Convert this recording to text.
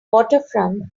waterfront